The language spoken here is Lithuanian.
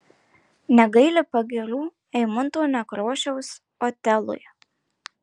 negaili pagyrų eimunto nekrošiaus otelui